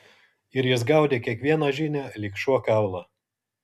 ir jis gaudė kiekvieną žinią lyg šuo kaulą